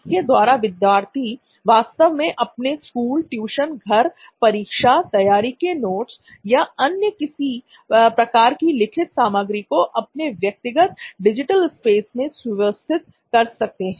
इसके द्वारा विद्यार्थी वास्तव में अपने स्कूल ट्यूशन घर परीक्षा तैयारी के नोट्स या अन्य किसी प्रकार की लिखित सामग्री को अपने व्यक्तिगत डिजिटल स्पेस मैं सुव्यवस्थित कर सकते हैं